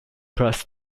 plus